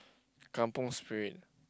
kampung spirit